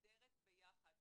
מוסדרת ביחד.